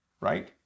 right